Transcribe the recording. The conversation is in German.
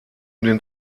den